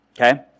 okay